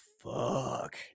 fuck